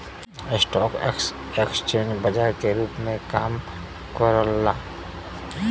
stock exchange बाजार के रूप में काम करला